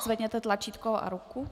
Zvedněte tlačítko a ruku.